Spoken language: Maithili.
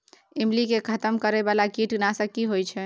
ईमली के खतम करैय बाला कीट नासक की होय छै?